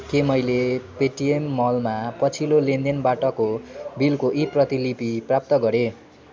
के मैले पेटिएम मलमा पछिल्लो लेनदेनबाटको बिलको ई प्रतिलिपि प्राप्त गरेँ